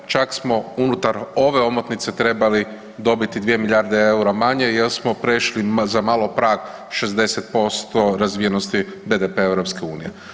Čak smo unutar ove omotnice trebali dobiti 2 milijarde eura manje, jer smo prešli za malo prag 60% razvijenosti BDP-a EU.